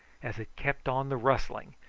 as it kept on the rustling,